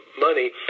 money